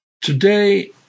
Today